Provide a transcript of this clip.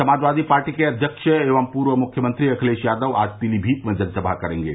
Samajwadi Party के अध्यक्ष एवं पूर्व मुख्यमंत्री अखिलेश यादव आज पीलीभीत में जनसभा करेंगे